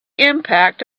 impact